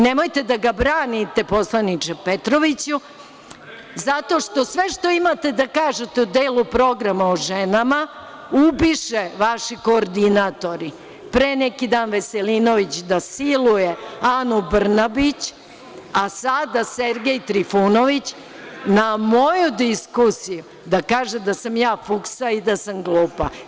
Nemojte da ga branite, poslaniče Petroviću… (Dušan Petrović: Replika!) … zato što sve što imate da kažete u delu programa o ženama ubiše vaši koordinatori, pre neki dan Veselinović da siluje Anu Brnabić, a sada Sergej Trifunović na moju diskusiju da kaže da sam ja fuksa i da sam glupa.